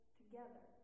together